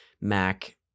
Mac